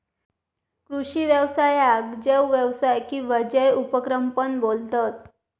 कृषि व्यवसायाक जैव व्यवसाय किंवा जैव उपक्रम पण बोलतत